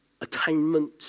attainment